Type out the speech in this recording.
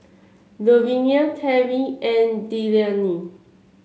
Louvenia Terry and Delaney